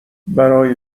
برای